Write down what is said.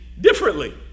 differently